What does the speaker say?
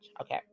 Okay